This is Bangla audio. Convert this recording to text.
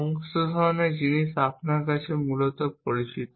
সমস্ত ধরণের জিনিস আপনার কাছে মূলত পরিচিত